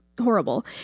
horrible